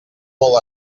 molt